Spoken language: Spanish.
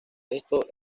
esto